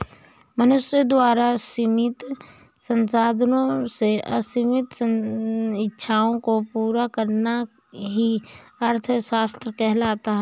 मनुष्य द्वारा सीमित संसाधनों से असीमित इच्छाओं को पूरा करना ही अर्थशास्त्र कहलाता है